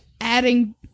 Adding